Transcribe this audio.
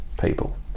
people